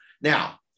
Now